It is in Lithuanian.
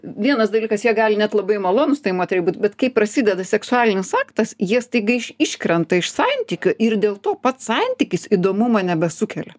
vienas dalykas jie gali net labai malonūs tai moteriai būt bet kai prasideda seksualinis aktas jie staiga iš iškrenta iš santykių ir dėl to pats santykis įdomumo nebesukelia